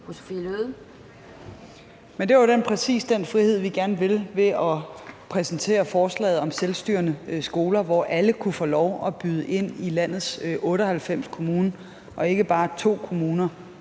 Det var præcis den frihed, vi gerne ville have ved at præsentere forslaget om selvstyrende skoler, hvor alle i landets 98 kommuner kunne få lov